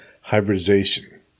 hybridization